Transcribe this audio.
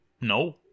no